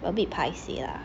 a bit paiseh lah